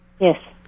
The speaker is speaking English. Yes